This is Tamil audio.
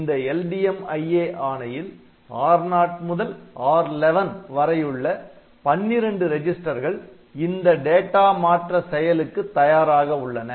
இந்த LDMIA ஆணையில் R0 முதல் R11 வரையுள்ள பன்னிரெண்டு ரெஜிஸ்டர்கள் இந்த டேட்டா மாற்ற செயலுக்கு தயாராக உள்ளன